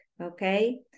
okay